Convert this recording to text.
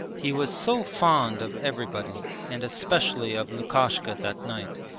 he was so fond of everybody and especially of lukashka that night.